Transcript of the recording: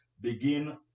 begin